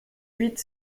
huit